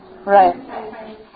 Right